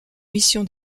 mission